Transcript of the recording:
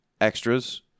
Extras